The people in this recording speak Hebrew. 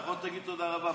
לפחות תגיד תודה רבה.